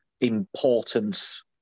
importance